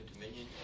dominion